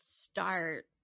start